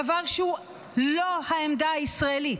דבר שהוא לא העמדה הישראלית.